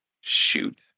shoot